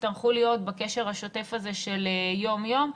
יצטרכו להיות בקשר השוטף הזה של יום יום.